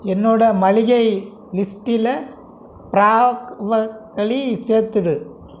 என்னோட மளிகை லிஸ்ட்டில் ப்ரா களி சேர்த்துவிடு